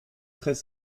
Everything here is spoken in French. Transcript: très